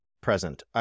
present